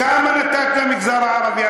כמה נתת למגזר הערבי?